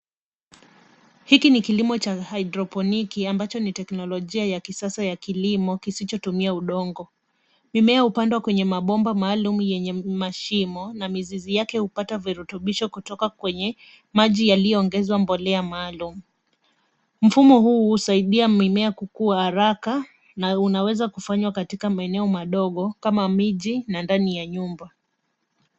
Hiki ni kilimo cha hydroponiki ambacho ni teknolojia ya kisasa ya kilimo kisichotumia udongo. Mimea hupandwa kwenye mabomba maalum yenye mashimo na mizizi yake hupata virutubisho kutoka kwenye maji yaliyoongezwa mbolea maalum. Mfumo huu husaidia mimea kukua haraka na unaweza kufanywa katika maeneo madogo kama miji au ndani na nyumba.